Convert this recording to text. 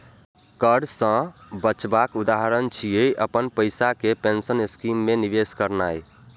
कर सं बचावक उदाहरण छियै, अपन पैसा कें पेंशन स्कीम मे निवेश करनाय